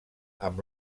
amb